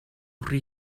rhy